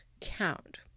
count